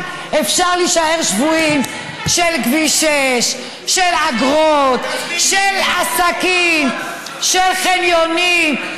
של אגרות, של עסקים, של חניונים?